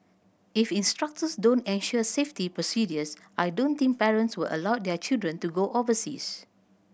if instructors don't ensure safety procedures I don't think parents will allow their children to go overseas